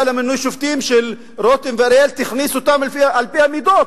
למינוי שופטים של רותם ואריאל תכניס אותם על-פי המידות.